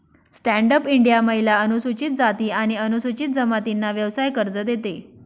stand up India महिला, अनुसूचित जाती आणि अनुसूचित जमातींना व्यवसाय कर्ज देते